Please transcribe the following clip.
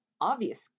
obvious